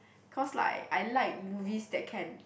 cause like I like movies that can